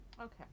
Okay